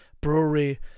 brewery